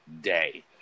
day